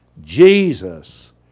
Jesus